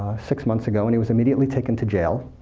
six months ago, and he was immediately taken to jail.